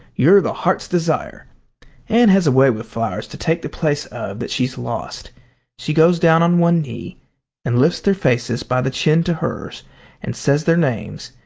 you're the heart's desire anne has a way with flowers to take the place of that she's lost she goes down on one knee and lifts their faces by the chin to hers and says their names,